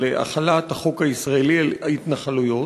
של החלת החוק הישראלי על ההתנחלויות,